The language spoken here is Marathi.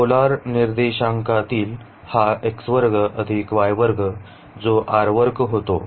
तर पोलर निर्देशांकातील हा जो होतो